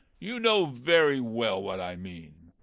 you know very well what i mean.